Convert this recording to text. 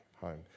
home